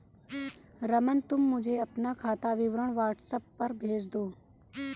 रमन, तुम मुझे अपना खाता विवरण व्हाट्सएप पर भेज दो